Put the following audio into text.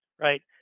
right